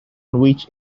which